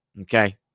Okay